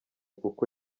kuko